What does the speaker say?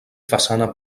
façana